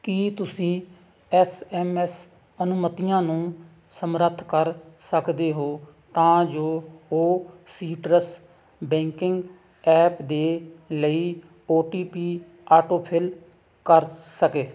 ਕੀ ਤੁਸੀਂਂ S M S ਅਨੁਮਤੀਆਂ ਨੂੰ ਸਮਰੱਥ ਕਰ ਸਕਦੇ ਹੋ ਤਾਂ ਜੋ ਉਹ ਸੀਟਰਸ ਬੈਂਕਿੰਗ ਐਪ ਦੇ ਲਈ ਓ ਟੀ ਪੀ ਆਟੋਫਿਲ ਕਰ ਸਕੇ